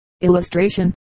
illustration